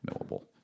knowable